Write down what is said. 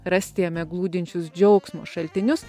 rasti jame glūdinčius džiaugsmo šaltinius